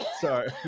Sorry